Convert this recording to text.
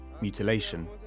mutilation